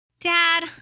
Dad